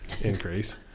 increase